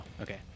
Okay